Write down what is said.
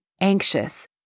anxious